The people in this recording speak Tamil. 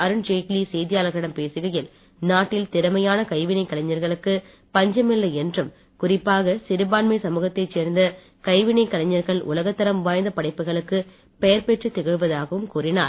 அருண்ஜேட்லி செய்தியாளர்களிடம் பேசுகையில் நாட்டில் திறமையான கைவினை கலைஞர்களுக்கு பஞ்சதில்லை என்றும் குறிப்பாக சிறுபான்மை சமூகத்தைச் சேர்ந்த கைவினை கலைஞர்கள் உலகத்தரம் வாய்ந்த படைப்புகளுக்கு பெயர் பெற்றுத் திகழ்வதாகவும் கூறினார்